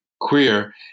queer